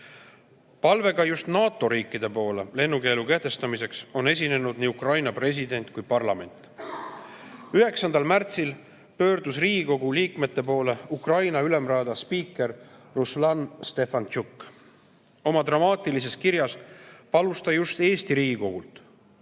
Palvega just NATO riikide poole lennukeelu kehtestamiseks on esinenud nii Ukraina president kui ka parlament. 9. märtsil pöördus Riigikogu liikmete poole Ukraina Ülemraada spiiker Ruslan Stefantšuk. Oma dramaatilises kirjas palus ta just Eesti Riigikogult